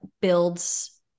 builds